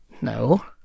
No